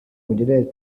уделяет